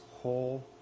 whole